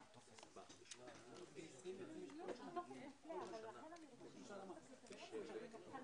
הישיבה ננעלה בשעה 15:25.